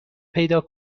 پیدا